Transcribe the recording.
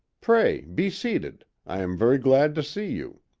pray be seated i am very glad to see you.